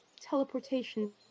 teleportation